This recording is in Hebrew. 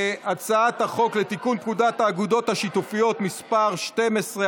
הצעת החוק לתיקון פקודת האגודות השיתופיות (מספר 12)